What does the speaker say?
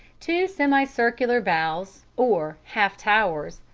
two semicircular bows, or half towers,